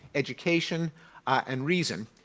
education and reason.